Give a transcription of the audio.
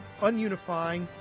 ununifying